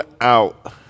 out